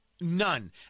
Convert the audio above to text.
None